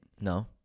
No